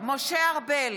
משה ארבל,